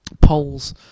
polls